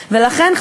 לכן,